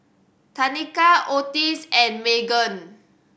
Tanika Otis and Meghann